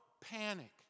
panic